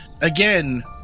again